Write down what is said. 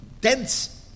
dense